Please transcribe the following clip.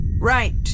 Right